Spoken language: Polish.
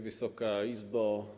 Wysoka Izbo!